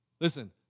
Listen